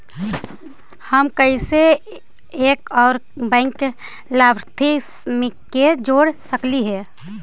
हम कैसे एक और बैंक लाभार्थी के जोड़ सकली हे?